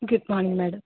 good morning madam